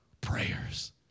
prayers